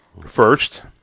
First